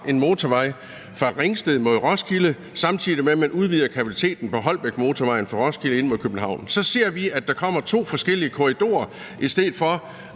en motorvej fra Ringsted mod Roskilde, samtidig med at man udvider kapaciteten på Holbækmotorvejen fra Roskilde ind mod København. Så ser vi, at der kommer to forskellige korridorer, i stedet for